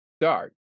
Start